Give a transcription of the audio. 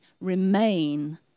remain